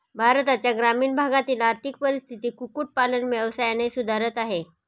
भारताच्या ग्रामीण भागातील आर्थिक परिस्थिती कुक्कुट पालन व्यवसायाने सुधारत आहे